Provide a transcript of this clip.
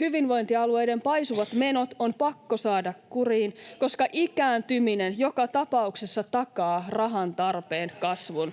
Hyvinvointialueiden paisuvat menot on pakko saada kuriin, [Annika Saarikon välihuuto] koska ikääntyminen joka tapauksessa takaa rahantarpeen kasvun.